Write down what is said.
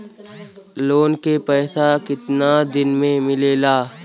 Loan के पैसा कितना दिन मे मिलेला?